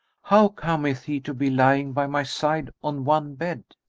how cometh he to be lying by my side on one bed?